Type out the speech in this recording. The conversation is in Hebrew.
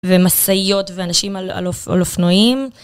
ומשאיות, ואנשים על אופנועים.